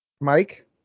Mike